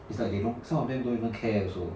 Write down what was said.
it's like they don't some of them don't even care also